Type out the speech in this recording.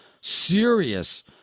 Serious